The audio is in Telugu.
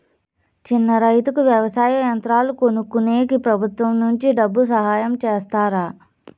చిన్న రైతుకు వ్యవసాయ యంత్రాలు కొనుక్కునేకి ప్రభుత్వం నుంచి డబ్బు సహాయం చేస్తారా?